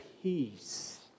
Peace